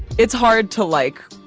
it's hard to, like,